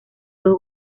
dos